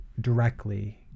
directly